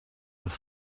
with